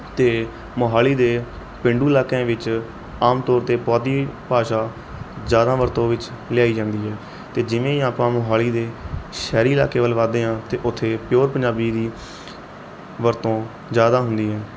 ਅਤੇ ਮੋਹਾਲੀ ਦੇ ਪੇਂਡੂ ਇਲਾਕਿਆਂ ਵਿੱਚ ਆਮ ਤੌਰ 'ਤੇ ਪੁਆਧੀ ਭਾਸ਼ਾ ਜ਼ਿਆਦਾ ਵਰਤੋਂ ਵਿੱਚ ਲਿਆਈ ਜਾਂਦੀ ਹੈ ਅਤੇ ਜਿਵੇਂ ਹੀ ਆਪਾਂ ਮੋਹਾਲੀ ਦੇ ਸ਼ਹਿਰੀ ਇਲਾਕੇ ਵੱਲ ਵੱਧਦੇ ਹਾਂ ਅਤੇ ਉੱਥੇ ਪਿਓਰ ਪੰਜਾਬੀ ਦੀ ਵਰਤੋਂ ਜ਼ਿਆਦਾ ਹੁੰਦੀ ਹੈ